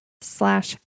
slash